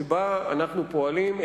שבה אנחנו פועלים,